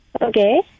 Okay